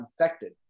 infected